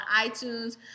iTunes